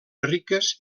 riques